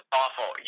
awful